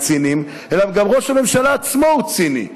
ציניים אלא גם ראש הממשלה עצמו הוא ציני,